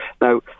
Now